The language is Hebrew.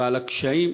והקשיים